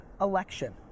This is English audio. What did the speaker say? election